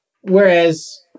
Whereas